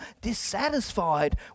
dissatisfied